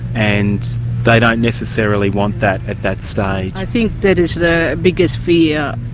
and they don't necessarily want that at that stage. i think that is their biggest fear,